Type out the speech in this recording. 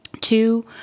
Two